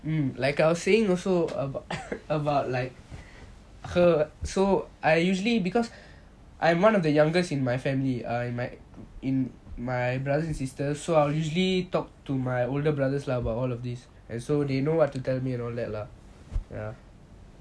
like I was saying also about about like so I usually because I am one of the youngest in my family so I usually talk to my older brother sisters about all this so they know what to tell me and all that lah